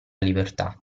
libertà